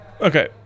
Okay